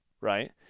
right